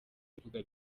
ivuga